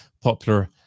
popular